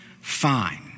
fine